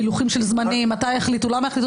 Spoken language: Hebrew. עם פילוחים של זמנים מתי החליטו ולמה החליטו?